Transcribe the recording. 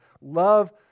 Love